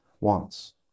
wants